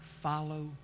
follow